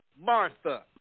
Martha